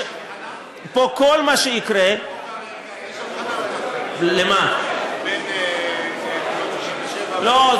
ויש הבחנה בחוק האמריקני בין גבולות 67' לא,